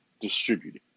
distributed